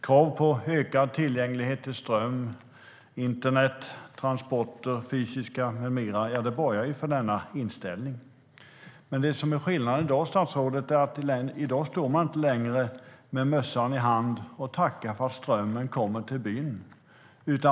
Krav på ökad tillgänglighet till ström, internet, transporter - fysiska och andra - borgar för denna inställning. Det som är skillnaden, statsrådet, är att man i dag inte längre står med mössan i hand och tackar för att strömmen kommer till byn.